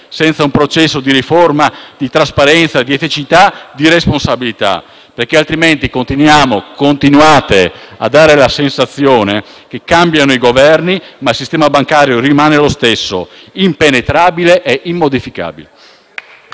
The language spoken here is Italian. senza un processo di riforma, di trasparenza, di eticità e di responsabilità. Altrimenti continuiamo e continuate a dare la sensazione che cambiano i Governi, ma il sistema bancario rimane lo stesso: impenetrabile e immodificabile.